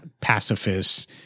pacifists